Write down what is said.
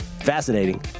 fascinating